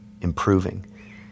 improving